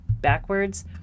backwards